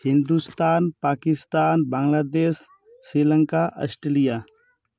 Hindustan Pakistan Bangladesh Sri Lanka Australia